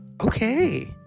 Okay